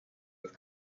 with